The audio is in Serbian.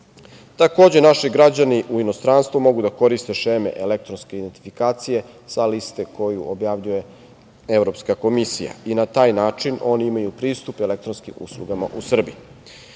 naši građani u inostranstvu mogu da koriste šeme elektronske identifikacije sa liste koju objavljuje Evropska komisija i na taj način oni imaju pristup elektronskim uslugama u Srbiji.